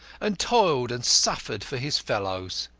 and toiled and suffered for his fellows.